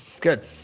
Good